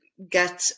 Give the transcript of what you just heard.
get